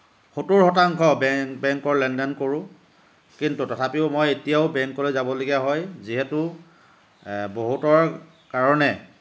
সত্তৰ শতাংশ বেংকৰ লেনদেন কৰোঁ কিন্তু তথাপি মই এতিয়াও বেংকলৈ যাবলগীয়া হয় যিহেতু বহুতৰ কাৰণে